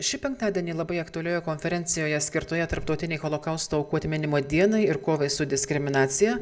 šį penktadienį labai aktualioje konferencijoje skirtoje tarptautinei holokausto aukų atminimo dienai ir kovai su diskriminacija